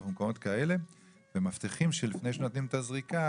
במקומות כאלה ומבטיחים שלפני שנותנים את הזריקה,